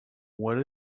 what